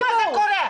למה זה קורה?